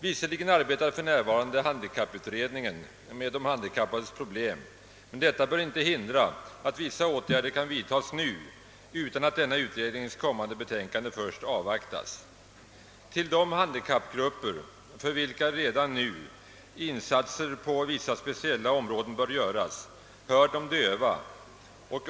Visserligen arbetar för närvarande handikapputredningen med de handikappades problem, men detta bör inte hindra att en del åtgärder vidtas utan att utredningens betänkande avvaktas. Till de handikappgrupper, för vilka redan nu insatser på vissa speciella områden bör göras, hör de döva.